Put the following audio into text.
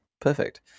Perfect